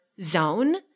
zone